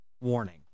Warning